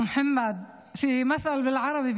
(אומרת בערבית: